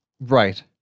Right